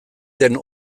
den